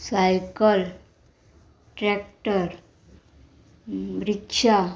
cycle tractor rickshaw